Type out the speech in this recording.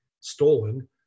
stolen